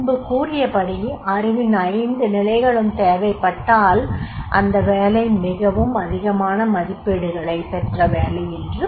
முன்பு கூறியபடி அறிவின் ஐந்து நிலைகளும் தேவைப்பட்டால் அந்த வேலை மிகவும் அதிகமான மதிப்பீடுகளைப் பெற்ற வேலை என்று பொருள்